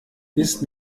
ist